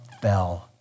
fell